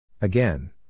Again